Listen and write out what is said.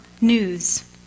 news